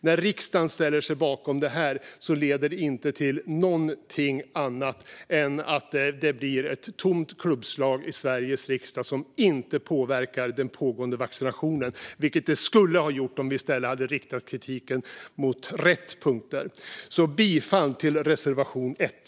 När riksdagen ställer sig bakom detta leder det inte till någonting annat än ett tomt klubbslag i Sveriges riksdag som inte påverkar den pågående vaccinationen, vilket det skulle ha gjort om vi i stället hade riktat kritiken mot rätt punkter. Jag yrkar bifall till reservation 1.